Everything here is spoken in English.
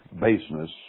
baseness